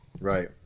Right